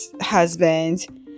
husband